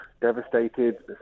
devastated